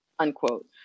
unquote